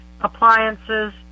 appliances